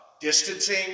distancing